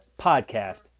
Podcast